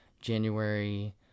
january